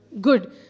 good